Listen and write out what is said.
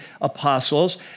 apostles